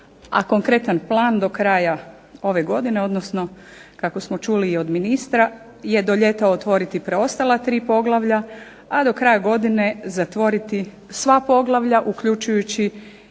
a konkretan plan do kraja ove godine, odnosno kako smo čuli i od ministra je do ljeta otvoriti preostala tri poglavlja, a do kraja godine zatvoriti sva poglavlja uključujući